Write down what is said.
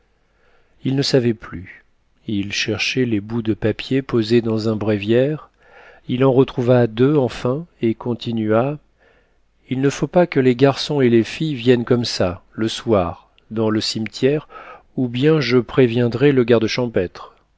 il ne savait plus il cherchait les bouts de papier posés dans un bréviaire il en retrouva deux enfin et continua il ne faut pas que les garçons et les filles viennent comme ça le soir dans le cimetière ou bien je préviendrai le garde champêtre